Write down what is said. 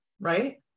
right